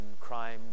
crime